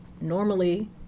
normally